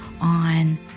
on